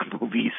movies